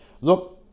look